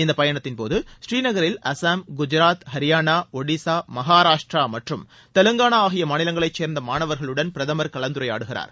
இந்த பயணத்தின்போது ப்ரீநகரில் அஸ்ஸாம் குஜராத் ஹரியானா ஒடிசா மகாராஷ்டிரா மற்றும் தெலுங்கானா ஆகிய மாநிலங்களை சேர்ந்த மாணவர்களுடன் பிரதமர் கலந்துரையாடுகிறார்